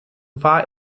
war